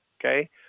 okay